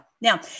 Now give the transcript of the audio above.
Now